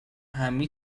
همه